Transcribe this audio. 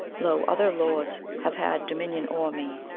lo, other lords have had dominion o'er me,